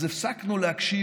אז הפסקנו להקשיב.